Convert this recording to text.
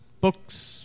Books